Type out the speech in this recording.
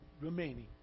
remaining